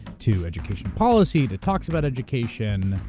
to education policy to talks about education,